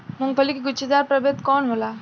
मूँगफली के गुछेदार प्रभेद कौन होला?